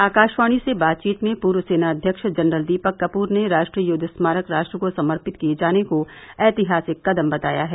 आकाशवाणी से बातचीत में पूर्व सेनाध्यक्ष जनरल दीपक कपूर ने राष्ट्रीय युद्ध स्मारक राष्ट्र को समर्पित किए जाने को ऐतिहासिक कदम बताया है